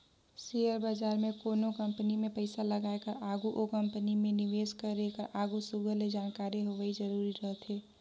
share बजार में कोनो कंपनी में पइसा लगाए कर आघु ओ कंपनी में निवेस करे कर आघु सुग्घर ले जानकारी होवई जरूरी रहथे